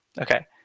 okay